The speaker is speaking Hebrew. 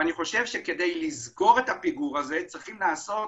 כדי לסגור את הפיגור הזה צריך לעשות